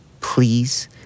please